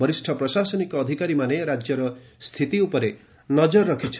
ବରିଷ୍ଣ ପ୍ରଶାସନିକ ଅଧିକାରୀମାନେ ରାଜ୍ୟର ସ୍ଥିତି ଉପରେ ନଜର ରଖିଛନ୍ତି